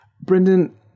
Brendan